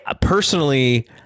personally